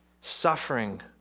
suffering